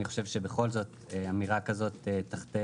אני חושב שבכל זאת אמירה כזאת תחטא